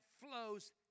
flows